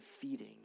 feeding